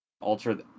alter